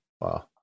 Wow